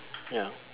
ya